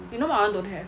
you know my [one] don't have